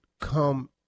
come